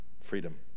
freedom